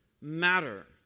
matter